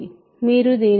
మీరు దీన్ని X X